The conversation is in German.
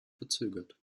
verzögert